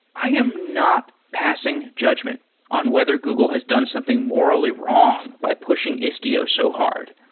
i am not passing judgment on whether google has done something morally wrong by pushing istio so hard.